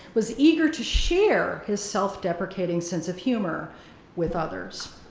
was eager to share his self-deprecating sense of humor with others.